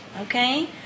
Okay